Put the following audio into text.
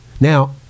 now